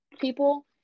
people